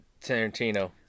Tarantino